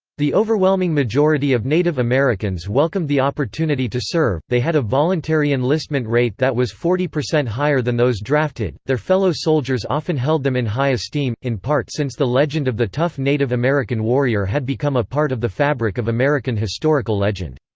the overwhelming majority of native americans welcomed the opportunity to serve they had a voluntary enlistment rate that was forty percent higher than those drafted their fellow soldiers often held them in high esteem, in part since the legend of the tough native american warrior had become a part of the fabric of american historical legend.